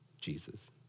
Jesus